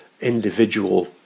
individual